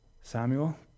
Samuel